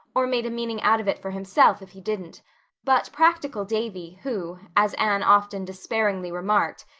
or made a meaning out of it for himself, if he didn't but practical davy, who, as anne often despairingly remarked,